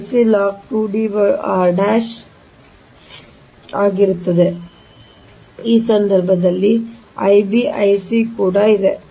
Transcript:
ಆದ್ದರಿಂದ ಈ ಸಂದರ್ಭದಲ್ಲಿ Ib Ic ಕೂಡ ಇದೆ